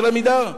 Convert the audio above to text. של "עמידר"?